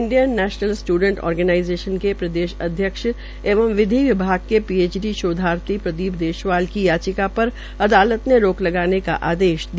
Indian national student organisation के प्रदेश अध्यक्ष एवं विभाग के पीएचडी शोधार्थी प्रदीप देशवाल की याचिका पर अदालत ने रोक लगाने का आदेश दिया